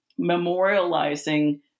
memorializing